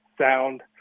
sound